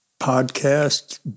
podcast